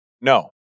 no